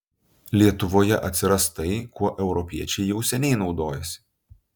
lietuvoje atsiras tai kuo europiečiai jau seniai naudojasi